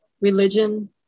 religion